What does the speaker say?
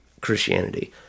Christianity